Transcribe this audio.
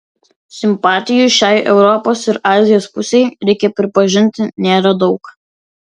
simpatijų šiai europos ir azijos pusei reikia pripažinti nėra daug